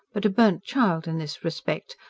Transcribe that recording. but, a burnt child in this respect,